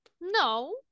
no